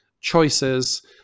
choices